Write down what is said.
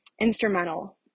instrumental